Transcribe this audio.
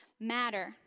matter